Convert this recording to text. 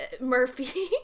Murphy